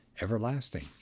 everlasting